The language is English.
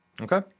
Okay